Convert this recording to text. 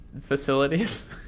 facilities